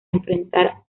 enfrentar